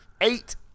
eight